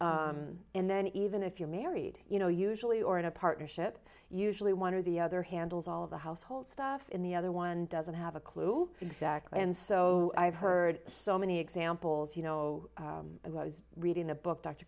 then even if you're married you know usually or in a partnership usually one or the other handles all of the household stuff in the other one doesn't have a clue exactly and so i've heard so many examples you know i was reading a book d